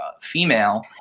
female